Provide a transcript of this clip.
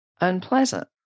unpleasant